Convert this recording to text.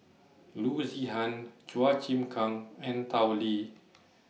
Loo Zihan Chua Chim Kang and Tao Li